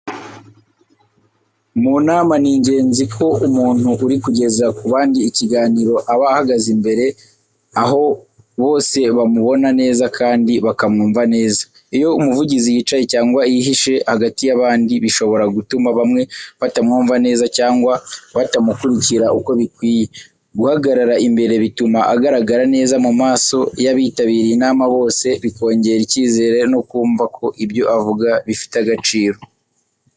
Mu nama, ni ingenzi ko umuntu uri kugeza ku bandi ikiganiro aba ahagaze imbere aho bose bamubona neza kandi bakamwumva neza. Iyo umuvugizi yicaye cyangwa yihishe hagati y'abandi, bishobora gutuma bamwe batamwumva neza cyangwa batamukurikira uko bikwiye. Guhagarara imbere bituma agaragara neza mu maso y’abitabiriye inama bose, bikongera icyizere no kumva ko ibyo avuga bifite agaciro.